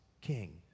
king